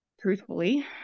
Truthfully